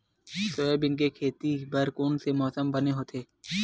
Soybean के खेती बर कोन से मौसम बने होथे?